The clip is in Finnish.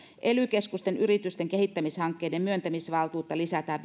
ely keskusten yritysten kehittämishankkeiden myöntämisvaltuutta lisätään